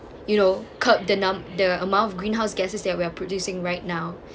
you know curb the number the amount of greenhouse gases they're we're producing right now